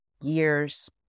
years